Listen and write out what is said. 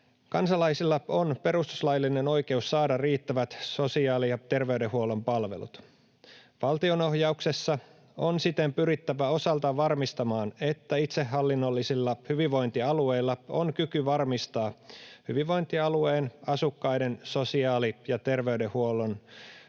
Kansalaisilla on perustuslaillinen oikeus saada riittävät sosiaali- ja terveydenhuollon palvelut. Valtionohjauksessa on siten pyrittävä osaltaan varmistamaan, että itsehallinnollisilla hyvinvointialueilla on kyky varmistaa hyvinvointialueen asukkaiden sosiaali- ja terveydenhuollon